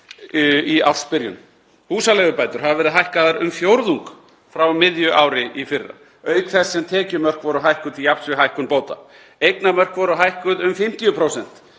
í ársbyrjun. Húsaleigubætur hafa verið hækkaðar um fjórðung frá miðju ári í fyrra, auk þess sem tekjumörk voru hækkuð til jafns við hækkun bóta. Eignamörk voru hækkuð um 50%